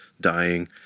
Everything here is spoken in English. dying